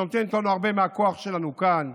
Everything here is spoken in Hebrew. שנותנת לנו הרבה מהכוח שלנו כאן,